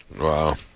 Wow